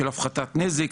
של הפחתת נזק,